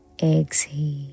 Exhale